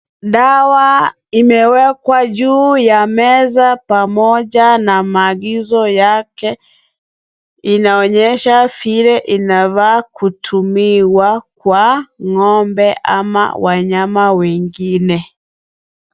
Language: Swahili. Dawa, imewekwa juu ya meza pamoja na maagizo yake, inaonyeshabfile inavaa kutumiwa kwa, ngombe ama wanyama wengine.